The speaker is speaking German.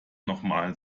nochmal